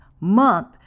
month